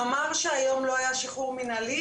נאמר שהיום לא היה שחרור מנהלי,